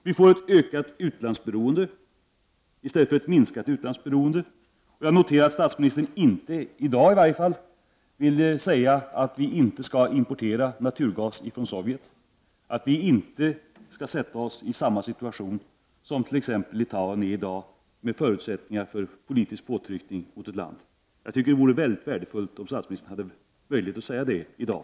Vi får ett ökat utlandsberoende i stället för ett minskat utlandsberoende. Jag noterar att statsministern inte, i dag i varje fall, vill säga att vi inte skall importera naturgas från Sovjet, att vi inte skall försätta oss i samma situation som t.ex. Litauen befinner sig i i dag, genom att öppna förutsättningar för politisk påtryckning mot landet. Jag tycker att det vore mycket värdefullt om statsministern hade möjlighet att säga detta i dag.